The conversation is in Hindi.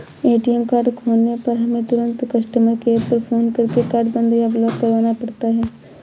ए.टी.एम कार्ड खोने पर हमें तुरंत कस्टमर केयर पर फ़ोन करके कार्ड बंद या ब्लॉक करवाना पड़ता है